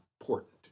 important